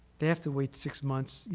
they have to wait six months,